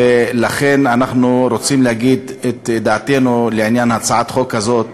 ולכן אנחנו רוצים להגיד את דעתנו לעניין הצעת החוק הזאת.